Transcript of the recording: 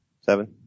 Seven